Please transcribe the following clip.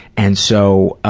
and so,